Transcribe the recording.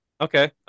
Okay